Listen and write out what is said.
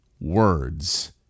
Words